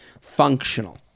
functional